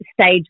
stage